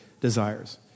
desires